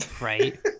Right